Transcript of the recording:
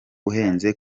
uhenze